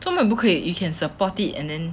做什么你不可以 you can support it and then